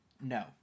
No